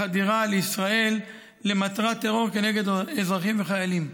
לחדירה לישראל למטרת טרור כנגד אזרחים וחיילים.